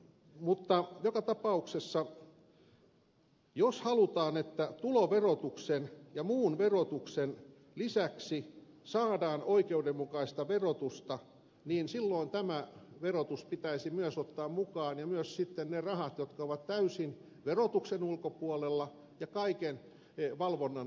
mutta joka tapauksessa jos halutaan että tuloverotuksen ja muun verotuksen lisäksi saadaan oikeudenmukaista verotusta silloin tämä verotus pitäisi myös ottaa mukaan ja myös sitten ne rahat jotka ovat täysin verotuksen ulkopuolella ja kaiken valvonnan ulkopuolella